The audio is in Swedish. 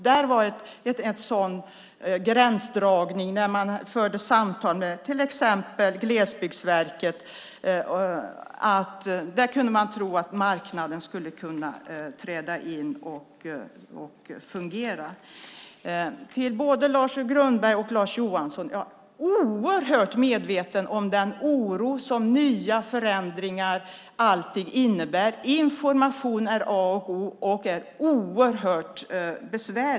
Där var det en gränsdragning. Man förde samtal med till exempel Glesbygdsverket. Man trodde att marknaden skulle kunna fungera. Till både Lars Johansson och Lars U Granberg: Jag är helt medveten om den oro som förändringar alltid innebär. Information är A och O.